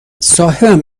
صاحبم